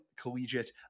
collegiate